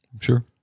Sure